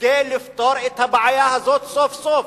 כדי לפתור את הבעיה הזאת סוף-סוף.